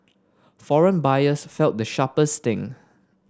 foreign buyers felt the sharpest sting